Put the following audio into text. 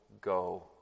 go